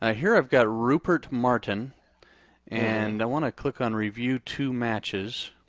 ah here i've got rupert martin and i want to click on review two matches.